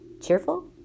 cheerful